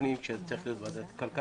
הפנים שהדיון צריך להיות גם בוועדת הכלכלה.